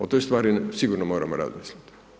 O toj stvari sigurno moramo razmisliti.